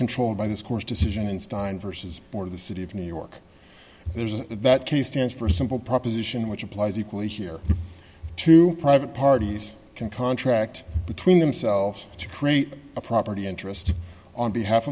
controlled by this court's decision in stein versus for the city of new york there's that case stands for simple proposition which applies equally here to private parties can contract between themselves to create a property interest on behalf